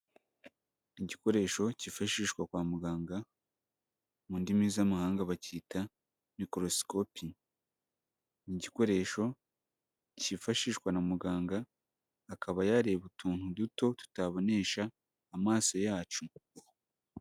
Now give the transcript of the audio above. Igikoresho cyifashishwa kwa muganga, mu ndimi z'amahanga bacyita mikorosikopi, ni igikoresho cyifashishwa na muganga, akaba yareba utuntu duto tutabonesha amaso yacu.